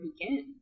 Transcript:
begin